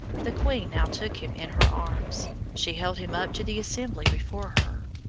the queen now took him in her arms. she held him up to the assembly before her.